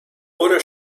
wurde